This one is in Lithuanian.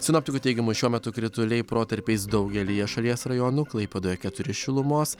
sinoptikų teigimu šiuo metu krituliai protarpiais daugelyje šalies rajonų klaipėdoje keturi šilumos